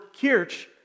Kirch